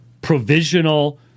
provisional